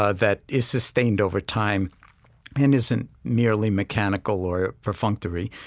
ah that is sustained over time and isn't merely mechanical or perfunctory.